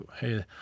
hey